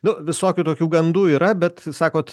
nu visokių tokių gandų yra bet sakot